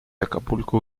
acapulco